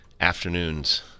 afternoons